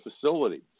facility